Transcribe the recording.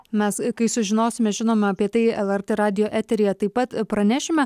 mes kai sužinosime žinoma apie tai lrt radijo eteryje taip pat pranešime